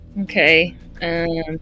Okay